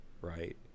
right